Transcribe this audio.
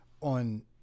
on